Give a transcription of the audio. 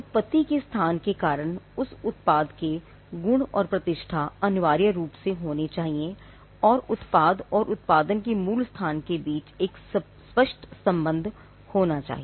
उत्पत्ति के स्थान के कारण उस उत्पाद के गुण और प्रतिष्ठा अनिवार्य रूप से होनी चाहिए और उत्पाद और उत्पादन के मूल स्थान के बीच एक स्पष्ट सम्बंध होना चाहिए